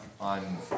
on